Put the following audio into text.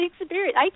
experience